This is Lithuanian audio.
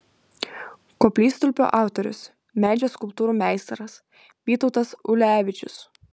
koplytstulpio autorius medžio skulptūrų meistras vytautas ulevičius